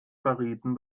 verrieten